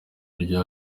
rya